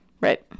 Right